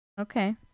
Okay